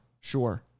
Sure